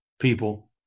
people